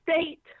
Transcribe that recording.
state